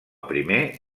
primer